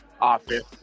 Office